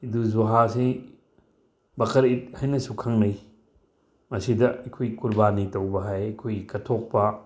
ꯏꯗꯨꯜ ꯖꯨꯍꯥꯖꯤ ꯕꯀ꯭ꯔ ꯏꯠ ꯍꯥꯏꯅꯁꯨ ꯈꯪꯅꯩ ꯃꯁꯤꯗ ꯑꯩꯈꯣꯏ ꯀꯨꯔꯕꯥꯅꯤ ꯇꯧꯕ ꯍꯥꯏ ꯑꯩꯈꯣꯏ ꯀꯠꯇꯣꯛꯄ